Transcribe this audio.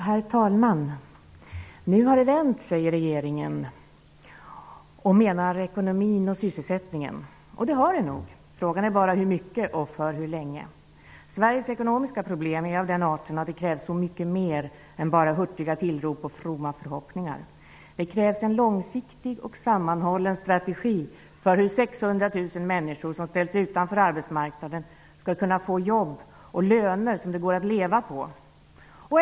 Herr talman! Nu har det vänt, säger regeringen. Man menar då för ekonomin och sysselsättningen. Det har det nog. Frågan är bara hur mycket och för hur länge. Sveriges ekonomiska probelm är av den arten att det krävs så mycket mer än hurtiga tillrop och fromma förhoppningar. Det krävs en långsiktig och sammanhållen strategi för hur 600 000 människor som ställts utanför arbetsmarknaden skall kunna få jobb och löner som de kan leva på.